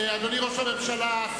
אדוני ראש הממשלה,